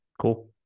Cool